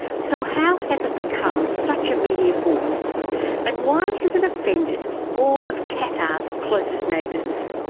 so how has it become such a media force and why has it offended all of qatar's closest neighbours?